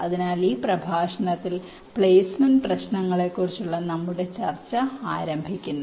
അതിനാൽ ഈ പ്രഭാഷണത്തിൽ പ്ലേസ്മെന്റ് പ്രശ്നത്തെക്കുറിച്ചുള്ള നമ്മുടെ ചർച്ച ആരംഭിക്കുന്നു